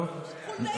חולדאי לא מכתיב לנו.